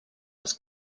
els